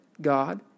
God